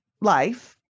life